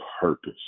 purpose